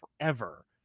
forever